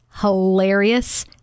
hilarious